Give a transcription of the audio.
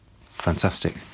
Fantastic